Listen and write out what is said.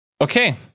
Okay